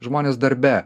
žmonės darbe